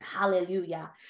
Hallelujah